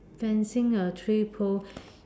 fencing a tree pole